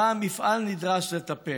שבה המפעל נדרש לטפל.